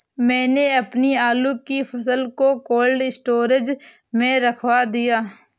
मैंने अपनी आलू की फसल को कोल्ड स्टोरेज में रखवा दिया